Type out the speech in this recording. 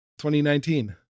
2019